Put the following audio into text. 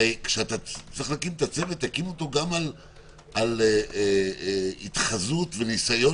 הרי תקים את הצוות גם על התחזות וניסיון